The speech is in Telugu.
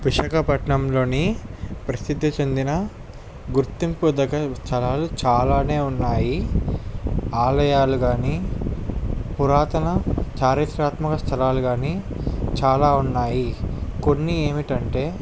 విశాఖపట్నంలోని ప్రసిద్ధి చెందిన గుర్తింపు తగ్గ స్థలాలు చాలానే ఉన్నాయి ఆలయాలు కానీ పురాతన చారిత్రాత్మక స్థలాలు కానీ చాలా ఉన్నాయి కొన్ని ఏమిటంటే